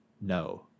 No